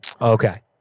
Okay